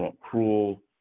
cruel